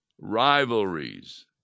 rivalries